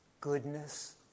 goodness